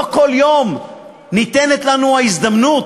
לא כל יום ניתנת לנו ההזדמנות